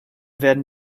werden